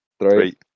Three